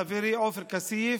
חברי עופר כסיף,